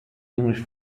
english